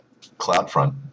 CloudFront